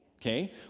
okay